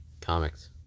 comics